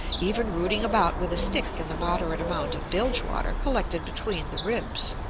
even rooting about with a stick in the moderate amount of bilge-water collected between the ribs,